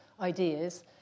ideas